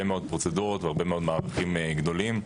מאוד פרוצדורות והרבה מאוד מאבקים גדולים.